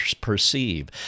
perceive